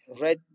red